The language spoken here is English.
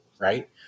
right